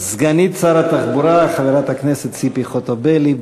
סגנית שר התחבורה חברת הכנסת ציפי חוטובלי,